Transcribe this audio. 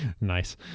Nice